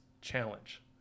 challenge